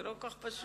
זה לא כל כך פשוט.